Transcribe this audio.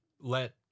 let